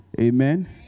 Amen